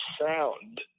sound